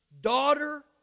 Daughter